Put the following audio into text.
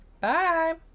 bye